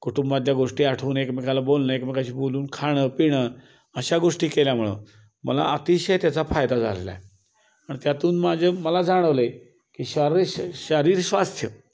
कुटुंबातच्या गोष्टी आठवून एकमेकाला बोलणं एकमेकाशी बोलून खाणं पिणं अशा गोष्टी केल्यामुळं मला अतिशय त्याचा फायदा झालेला आहे आणि त्यातून माझे मला जाणवलं आहे की शरीर शरीर स्वास्थ्य